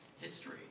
history